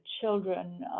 children